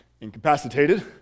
incapacitated